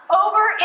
over